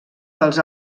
dels